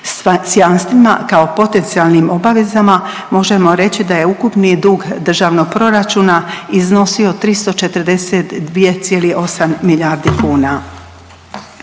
S jamstvima kao potencijalnim obavezama možemo reći da je ukupni dug Državnog proračuna iznosio 342,8 milijardi kuna.